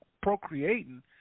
procreating